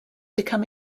become